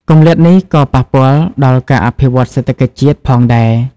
គម្លាតនេះក៏ប៉ះពាល់ដល់ ការអភិវឌ្ឍសេដ្ឋកិច្ចជាតិ ផងដែរ។